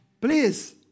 please